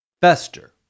fester